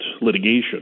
litigation